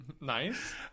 Nice